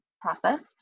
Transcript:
process